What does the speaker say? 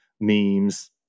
memes